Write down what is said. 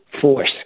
force